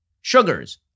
sugars